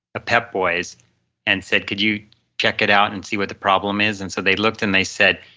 a pep boys and said could you check it out and see what the problem is and so they looked and they said,